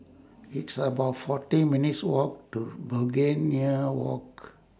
It's about forty minutes' Walk to Begonia Walk